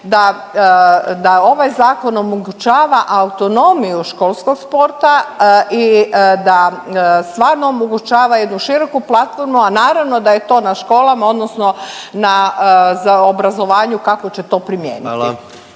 da ovaj Zakon omogućava autonomiju školskog sporta i da stvarno omogućava jednu široku platformu, a naravno da je to na školama odnosno na obrazovanju kako će to primijeniti.